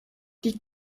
die